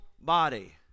body